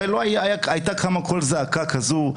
הרי הייתה קמה זעקה כזו,